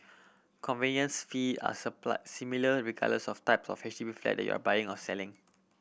conveyance fee are supply similar regardless of type of H D B flat that you are buying or selling